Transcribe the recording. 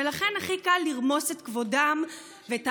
ולכן הכי קל לרמוס את כבודם ואת